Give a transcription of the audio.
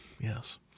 Yes